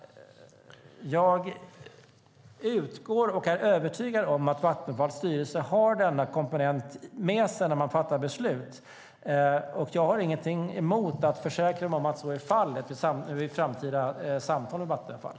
Jag utgår från och är övertygad om att Vattenfalls styrelse har denna komponent med sig när den fattar beslut. Jag har ingenting emot att försäkra mig om att så är fallet vid framtida samtal med Vattenfall.